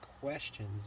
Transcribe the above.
questions